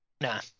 Nah